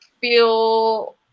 feel